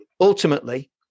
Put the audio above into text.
ultimately